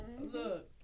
Look